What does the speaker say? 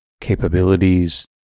capabilities